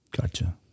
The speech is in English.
gotcha